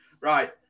Right